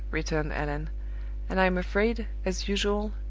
returned allan and i'm afraid, as usual,